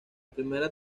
primera